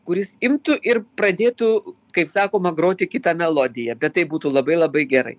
kuris imtų ir pradėtų kaip sakoma groti kitą melodiją bet tai būtų labai labai gerai